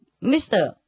Mister